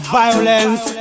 violence